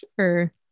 Sure